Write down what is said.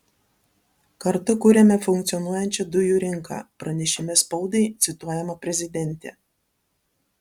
kartu kuriame funkcionuojančią dujų rinką pranešime spaudai cituojama prezidentė